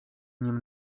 nim